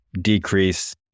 decrease